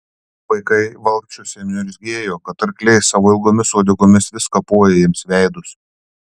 vaikai valkčiuose niurzgėjo kad arkliai savo ilgomis uodegomis vis kapoja jiems veidus